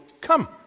come